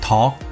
Talk